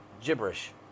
gibberish